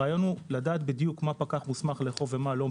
הרעיון הוא לדעת בדיוק מה פקח מוסמך לאכוף ומה לא,